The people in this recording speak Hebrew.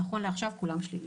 נכון לעכשיו כולם שליליים.